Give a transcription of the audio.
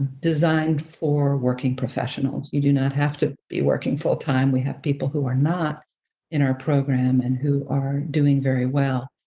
designed for working professionals. you do not have to be working full time. we have people who are not in our program and who are doing very well.